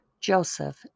Joseph